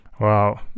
Wow